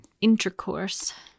Intercourse